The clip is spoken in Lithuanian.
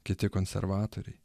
kiti konservatoriai